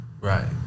Right